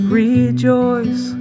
rejoice